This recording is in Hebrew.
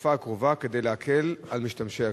בתקופה הקרובה כדי להקל על משתמשי הכביש?